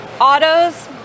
autos